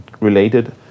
related